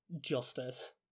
justice